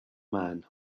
man